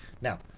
Now